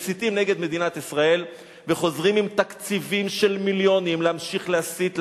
מסיתים נגד מדינת ישראל וחוזרים עם תקציבים של מיליונים להמשיך להסית,